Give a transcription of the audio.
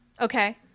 Okay